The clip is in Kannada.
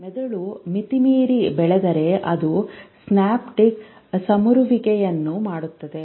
ಮೆದುಳು ಮಿತಿಮೀರಿ ಬೆಳೆದರೆ ಅದು ಸಿನಾಪ್ಟಿಕ್ ಸಮರುವಿಕೆಯನ್ನು ಮಾಡುತ್ತದೆ